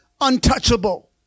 Untouchable